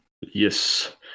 Yes